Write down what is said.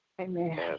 Amen